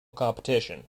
competition